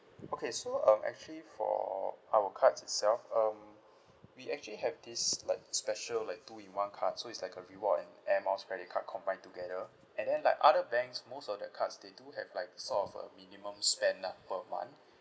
okay so um actually for our cards itself um we actually have this like special like two in one card so it's like a reward and air miles credit card combined together and then like other banks most of the cards they do have like sort of a minimum spend lah per month